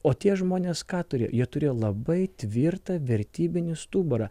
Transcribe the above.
o tie žmonės ką turi jie turėjo labai tvirtą vertybinį stuburą